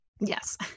Yes